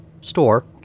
store